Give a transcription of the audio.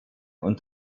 und